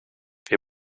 wir